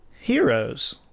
heroes